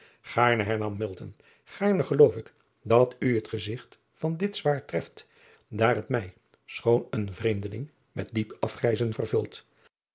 aarne hernam gaarne geloof ik dat u het gezigt van dit zwaard treft daar het mij schoon een vreemdeling met diep afgrijzen vervult